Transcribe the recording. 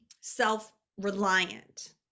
self-reliant